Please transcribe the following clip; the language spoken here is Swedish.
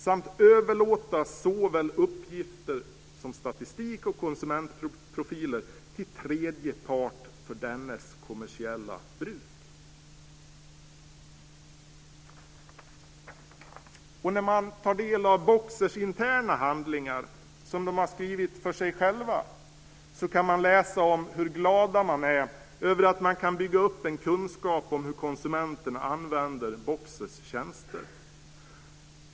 samt överlåta såväl uppgifter som statistik och konsumentprofiler till tredje part för dennes kommersiella bruk." När man tar del av Boxers interna handlingar, som de har skrivit för sig själva, kan man läsa om hur glada de är över att de kan bygga upp en kunskap om hur konsumenterna använder Boxers tjänster.